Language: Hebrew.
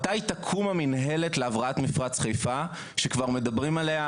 מתי תקום המנהלת להבראת מפרץ חיפה שכבר מדברים עליה?